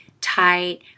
tight